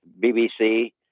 BBC